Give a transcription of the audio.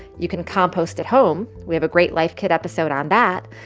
you can compost at home. we have a great life kit episode on that.